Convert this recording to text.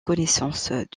connaissance